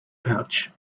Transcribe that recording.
pouch